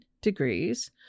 degrees